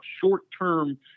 short-term